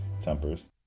tempers